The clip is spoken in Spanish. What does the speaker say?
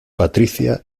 patricia